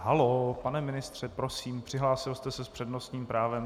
Haló, pane ministře, prosím, přihlásil jste se s přednostním právem.